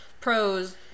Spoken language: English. pros